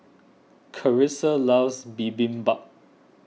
Carisa loves Bibimbap